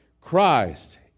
Christ